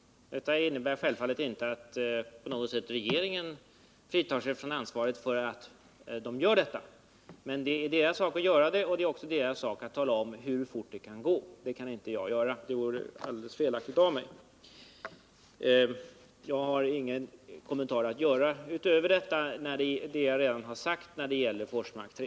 Det innebär självfallet inte att regeringen på något sätt fritar sig från ansvaret för att de gör detta. Men det är bolagens sak att göra arbetet och att tala om hur fort det kan gå. Det kan inte jag göra — det vore felaktigt av mig. Jag har ingen kommentar att göra utöver det jag redan har sagt när det gäller Forsmark 3.